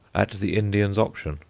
at the indian's option